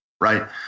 right